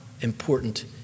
important